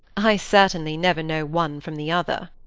i certainly never know one from the other.